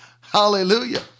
Hallelujah